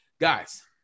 guys